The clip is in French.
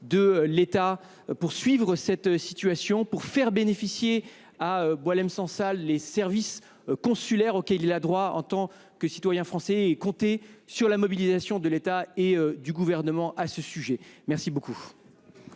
de l’État pour suivre cette affaire et faire bénéficier Boualem Sansal des services consulaires auxquels il a droit en tant que citoyen français. Comptez sur la mobilisation de l’État et du Gouvernement sur ce sujet. Et le